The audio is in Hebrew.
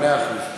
מאה אחוז.